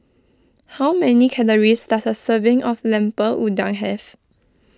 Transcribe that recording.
how many calories does a serving of Lemper Udang have